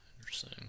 Interesting